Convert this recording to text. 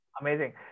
Amazing